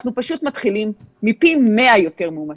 אנחנו פשוט מתחילים מפי 100 יותר מאומתים,